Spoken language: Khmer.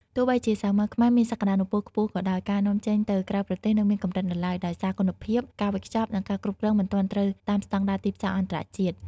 ទោះបីជាសាវម៉ាវខ្មែរមានសក្ដានុពលខ្ពស់ក៏ដោយ ការនាំចេញទៅក្រៅប្រទេសនៅមានកម្រិតនៅឡើយ ដោយសារគុណភាព ការវេចខ្ចប់ និងការគ្រប់គ្រងមិនទាន់ត្រូវតាមស្តង់ដារទីផ្សារអន្តរជាតិ។